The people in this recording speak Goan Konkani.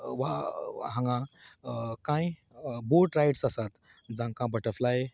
वा हांगा कांय बोट रायड्स आसात जांकां बटरफ्लाय